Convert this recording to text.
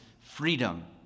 freedom